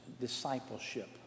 discipleship